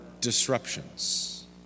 disruptions